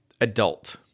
adult